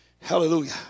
Hallelujah